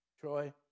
Troy